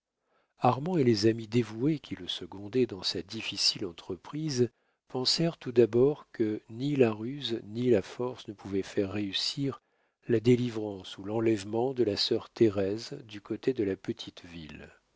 armand et les amis dévoués qui le secondaient dans sa difficile entreprise pensèrent tout d'abord que ni la ruse ni la force ne pouvaient faire réussir la délivrance ou l'enlèvement de la sœur thérèse du côté de la petite ville